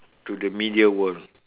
to the media world